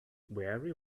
very